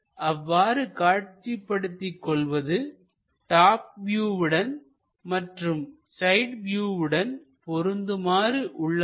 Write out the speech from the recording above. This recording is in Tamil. அவ்வாறு காட்சி படுத்திக்கொள்வது டாப் வியூவுடன் மற்றும் சைடு வியூவுடன் பொருந்துமாறு உள்ளதா